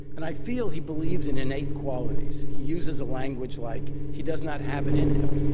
and i feel he believes in innate qualities. he uses a language like, he does not have it in him.